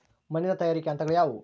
ಮಣ್ಣಿನ ತಯಾರಿಕೆಯ ಹಂತಗಳು ಯಾವುವು?